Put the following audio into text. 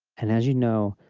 and as you know,